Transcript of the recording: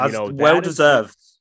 Well-deserved